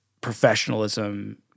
professionalism